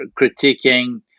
critiquing